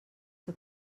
que